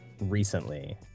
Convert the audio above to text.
recently